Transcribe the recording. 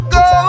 go